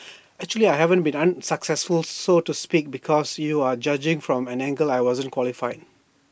actually I haven't been unsuccessfully so to speak because you are judging from the angle I wasn't qualified